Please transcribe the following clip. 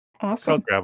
Awesome